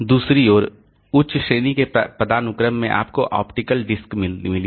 दूसरी ओर उच्च श्रेणी के पदानुक्रम में आपको ऑप्टिकल डिस्क मिली है